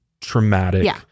traumatic